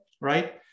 right